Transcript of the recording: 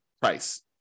price